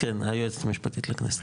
המשפטית לכנסת,